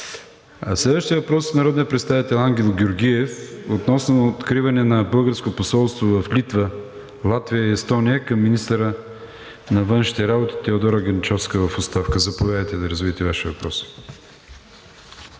Следващият въпрос е от народния представител Ангел Георгиев относно откриване на българско посолство в Литва, Латвия и Естония към министъра на външните работи Теодора Генчовска в оставка. Заповядайте да развиете Вашия въпрос.